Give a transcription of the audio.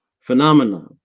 phenomena